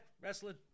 wrestling